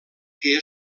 que